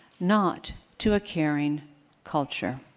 not to a caring culture.